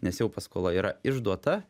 nes jau paskola yra išduota